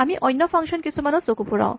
আমি অন্য ফাংচন কিছুমানত চকু ফুৰাওঁ